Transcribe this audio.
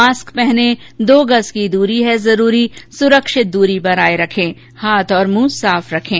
mask पहनें दो गज़ की दूरी है जरूरी सुरक्षित दूरी बनाए रखें हाथ और मुंह साफ रखें